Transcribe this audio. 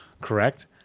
Correct